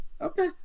Okay